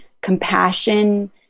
compassion